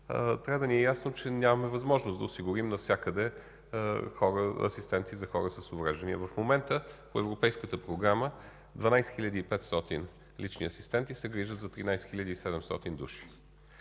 трябва да ни е ясно, че нямаме възможност да осигурим навсякъде асистенти за хора с увреждания. В момента по Европейската програма 12 500 лични асистенти се грижат за 13 700 души.